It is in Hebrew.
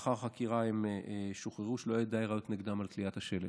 לאחר חקירה הם שוחררו משום שלא היו די ראיות נגדם על תליית השלט.